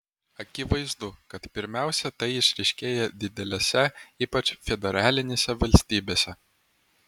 akivaizdu kad pirmiausia tai išryškėja didelėse ypač federalinėse valstybėse